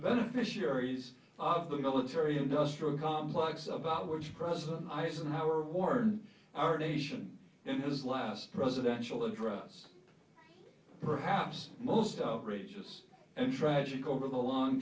beneficiaries of the military industrial complex about which president eisenhower warned our nation in his last presidential address perhaps most outrageous and tragic over the